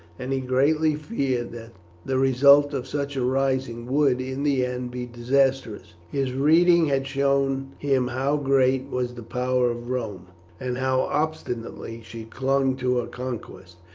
and he greatly feared that the result of such a rising would in the end be disastrous. his reading had shown him how great was the power of rome, and how obstinately she clung to her conquests.